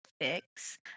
fix